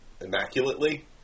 immaculately